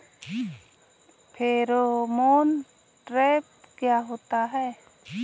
Pheromone trap क्या होता है?